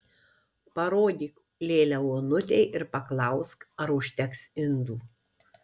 parodyk lėlę onutei ir paklausk ar užteks indų